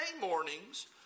mornings